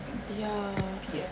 ya